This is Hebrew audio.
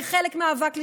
כחלק מהמאבק לשוויון,